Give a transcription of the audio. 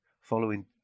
following